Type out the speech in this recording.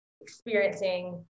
experiencing